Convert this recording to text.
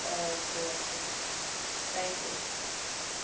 okay okay ஓகேம்மா thank யூம்மா